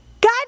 God